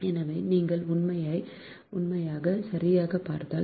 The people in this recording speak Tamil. எனவே நீங்கள் உள்ளமைவை சரியாகப் பார்த்தால்